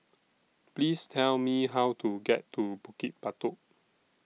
Please Tell Me How to get to Bukit Batok